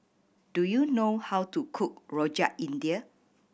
do you know how to cook Rojak India